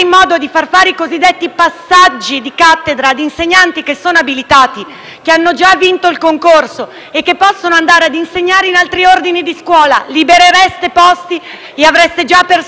in modo di far fare i cosiddetti passaggi di cattedra ad insegnanti abilitati, che hanno già vinto il concorso e possono andare ad insegnare in altri ordini di scuola. Liberereste posti e avreste già personale